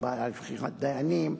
הוועדה לבחירת דיינים,